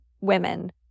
women